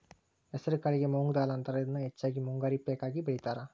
ಹೆಸರಕಾಳಿಗೆ ಮೊಂಗ್ ದಾಲ್ ಅಂತಾರ, ಇದನ್ನ ಹೆಚ್ಚಾಗಿ ಮುಂಗಾರಿ ಪೇಕ ಆಗಿ ಬೆಳೇತಾರ